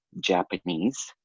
Japanese